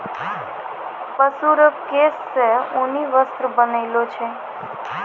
पशु रो केश से ऊनी वस्त्र बनैलो छै